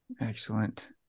Excellent